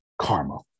Karma